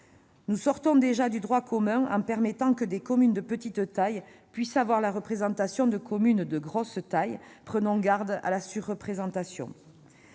Nous sortons déjà du droit commun en permettant que des communes de petite taille puissent avoir la représentation de communes de grande dimension ; prenons garde à la surreprésentation